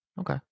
Okay